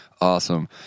Awesome